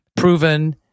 proven